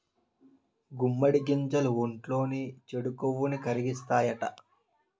గుమ్మడి గింజలు ఒంట్లోని చెడు కొవ్వుని కరిగిత్తాయట